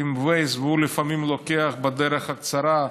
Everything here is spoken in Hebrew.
עם Waze והוא לפעמים לוקח בדרך הקצרה,